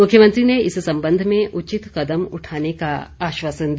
मुख्यमंत्री ने इस संबंध में उचित कदम उठाने का आश्वासन दिया